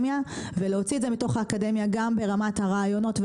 הרעיונות והפטנטים וגם ברמת כוח האדם.